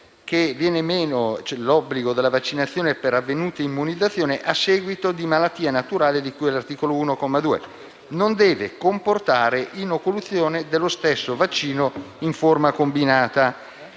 L'esonero dell'obbligo della vaccinazione per avvenuta immunizzazione a seguito di malattia naturale di cui all'articolo 1, comma 2, non deve comportare inoculazione dello stesso vaccino in forma combinata».